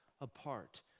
apart